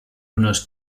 unos